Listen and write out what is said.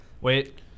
Wait